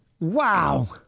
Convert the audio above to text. Wow